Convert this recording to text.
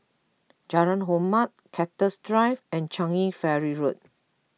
Jalan Hormat Cactus Drive and Changi Ferry Road